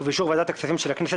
ובאישור ועדת הכספים של הכנסת,